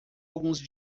alguns